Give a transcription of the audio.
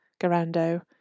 Garando